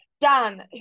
Dan